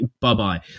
Bye-bye